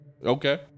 Okay